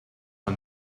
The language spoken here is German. war